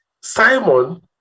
Simon